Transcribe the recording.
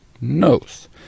knows